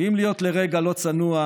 ואם להיות לרגע לא צנוע,